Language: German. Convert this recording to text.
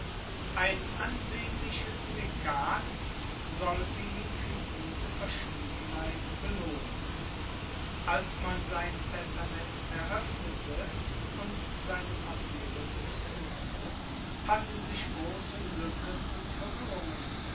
ein ansehnliches legat sollte ihn für diese verschwiegenheit belohnen als man sein testament eröffnete und seine papiere durchsuchte fanden sich große lücken und verwirrungen